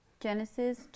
Genesis